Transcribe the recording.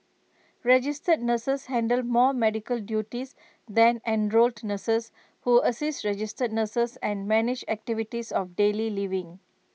registered nurses handle more medical duties than enrolled nurses who assist registered nurses and manage activities of daily living